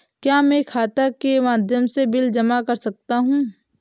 क्या मैं खाता के माध्यम से बिल जमा कर सकता हूँ?